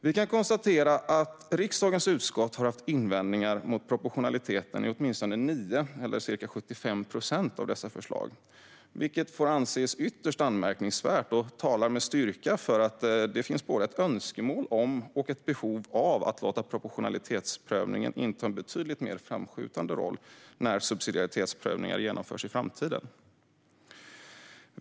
Vi kan konstatera att riksdagens utskott har haft invändningar mot proportionaliteten i åtminstone nio, eller ca 75 procent, av dessa förslag, vilket får anses ytterst anmärkningsvärt och talar med styrka för att det finns både ett önskemål om och ett behov av att låta proportionalitetsprövningen inta en betydligt mer framskjuten roll när subsidiaritetsprövningar genomförs i framtiden.